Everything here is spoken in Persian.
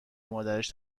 مادرش